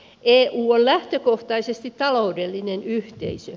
eu on lähtökohtaisesti taloudellinen yhteisö